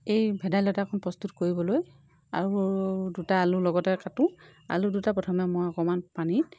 এই ভেদাইলতাকণ প্ৰস্তুত কৰিবলৈ আৰু দুটা আলু লগতে কাটো আলু দুটা মই প্ৰথমে অকণমান পানীত